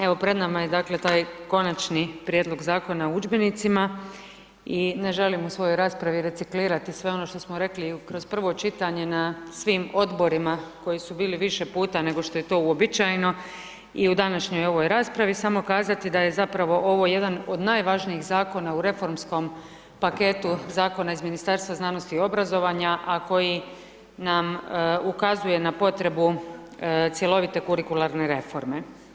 Evo pred nama je dakle taj Konačni prijedlog Zakona o udžbenicima i ne želim u svojoj raspravi reciklirati sve ono što smo rekli kroz prvo čitanje na svim odborima koji su bili više puta nego što je to uobičajeno i u današnjoj ovoj raspravi samo kazati da je zapravo ovo jedan od najvažnijih zakona u reformskom paketu zakona iz Ministarstva znanosti i obrazovanja, a koji nam ukazuje na potrebu cjelovite kurikularne reforme.